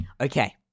Okay